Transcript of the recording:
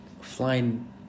flying